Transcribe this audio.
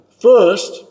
First